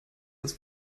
das